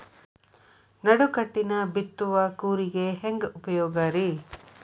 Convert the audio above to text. ನಡುಕಟ್ಟಿನ ಬಿತ್ತುವ ಕೂರಿಗೆ ಹೆಂಗ್ ಉಪಯೋಗ ರಿ?